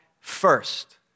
first